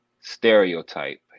stereotype